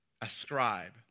Ascribe